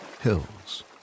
hills